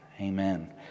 Amen